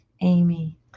Amy